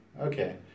Okay